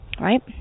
right